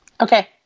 okay